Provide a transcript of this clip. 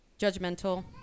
Judgmental